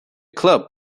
club